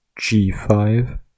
G5